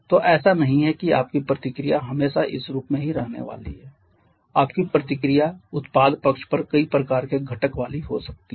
तो ऐसा नहीं है कि आपकी प्रतिक्रिया हमेशा इस रूप में ही रहने वाली है आपकी प्रतिक्रिया उत्पाद पक्ष पर कई प्रकार के घटक वाली हो सकती है